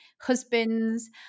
husbands